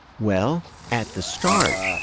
well, at the start,